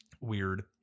Weird